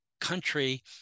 country